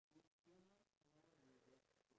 ya other than that